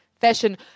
fashion